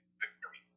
victory